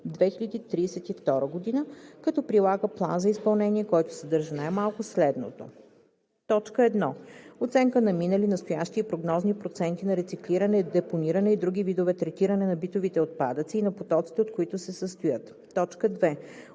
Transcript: като прилага план за изпълнение, който съдържа най-малко следното: 1. оценка на минали, настоящи и прогнозни проценти на рециклиране, депониране и други видове третиране на битовите отпадъци и на потоците, от които се състоят; 2.